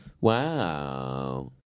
Wow